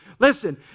Listen